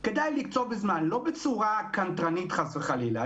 כדאי לקצוב בזמן, לא בצורה קנטרנית, חס וחלילה.